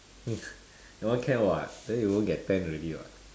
that one can [what] then you won't get tan already [what]